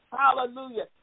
Hallelujah